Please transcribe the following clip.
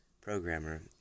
programmer